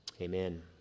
Amen